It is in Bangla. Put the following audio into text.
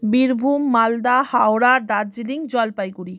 বীরভূম মালদা হাওড়া দার্জিলিং জলপাইগুড়ি